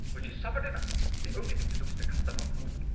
well she suffered enough. the only thing to do is to cut the knot for good.